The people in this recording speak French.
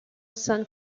san